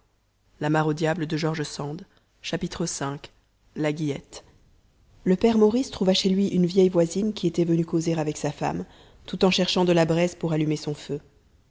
v la guillette le père maurice trouva chez lui une vieille voisine qui était venue causer avec sa femme tout en cherchant de la braise pour allumer son feu